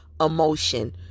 emotion